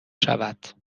شود